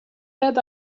that